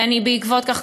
בעקבות כך,